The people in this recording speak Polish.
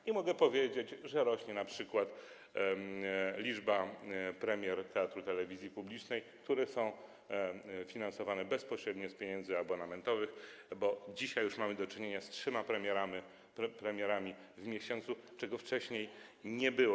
I mogę powiedzieć, że rośnie np. liczba premier Teatru Telewizji w telewizji publicznej, które są finansowane bezpośrednio z pieniędzy abonamentowych, bo dzisiaj już mamy do czynienia z trzema premierami w miesiącu, czego wcześniej nie było.